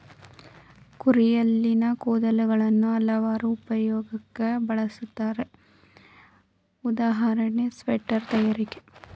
ಕುರಿಯಲ್ಲಿನ ಕೂದಲುಗಳನ್ನು ಹಲವಾರು ಉಪಯೋಗಕ್ಕೆ ಬಳುಸ್ತರೆ ಉದಾಹರಣೆ ಸ್ವೆಟರ್ ತಯಾರಿಕೆ